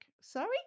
Sorry